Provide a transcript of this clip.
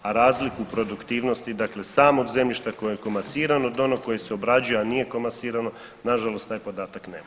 A razliku produktivnosti dakle samog zemljišta koje je komasirano od onog koje se obrađuje, a nije komasirano nažalost taj podatak nemam.